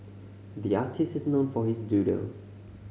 the artist is known for his doodles